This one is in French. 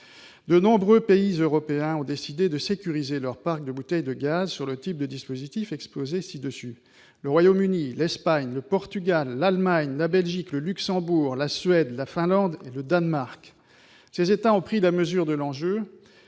De nombreux pays européens ont décidé de sécuriser leur parc de bouteilles de gaz, sur le type de dispositif que je viens d'exposer : le Royaume-Uni, l'Espagne, le Portugal, l'Allemagne, la Belgique, le Luxembourg, la Suède, la Finlande, le Danemark ... Ces États ont pris la mesure de l'enjeu.